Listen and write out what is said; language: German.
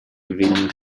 gewinnen